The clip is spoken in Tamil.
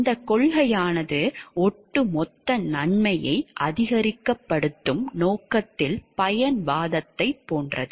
இந்தக் கொள்கையானது ஒட்டுமொத்த நன்மையை அதிகப்படுத்தும் நோக்கத்தில் பயன்வாதத்தைப் போன்றது